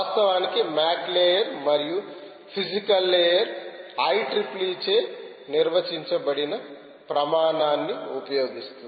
వాస్తవానికి MAC layer మరియు physical layer IEEE చే నిర్వచించబడిన ప్రమాణాన్ని ఉపయోగిస్తుంది